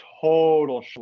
total